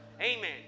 amen